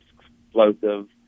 explosive